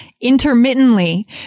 intermittently